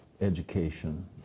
education